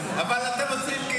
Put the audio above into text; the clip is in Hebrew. אבל אתם עושים כאילו.